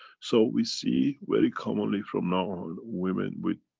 so we see, very commonly from now on, women with